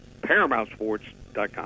ParamountSports.com